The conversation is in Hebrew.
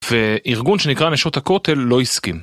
וארגון שנקרא נשות הכותל לא הסכים.